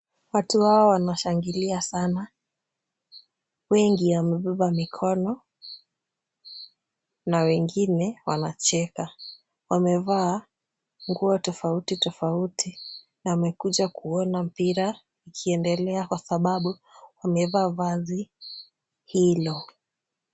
Watu hawa wanashangilia sana. Wengi wamebeba mikono na wengine wanacheka. Wamevaa nguo tofauti tofauti na wamekuja kuona mpira ikiendelea kwa sababu wamevaa vazi hilo.